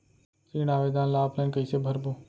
ऋण आवेदन ल ऑफलाइन कइसे भरबो?